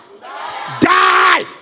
Die